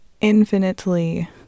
infinitely